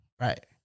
Right